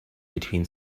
between